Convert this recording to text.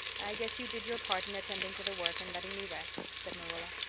i guess you did your part in attending to the work and letting me rest, said marilla.